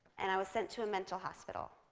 and i was sent to a mental hospital.